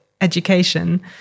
education